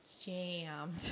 jammed